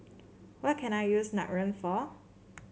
what can I use Nutren for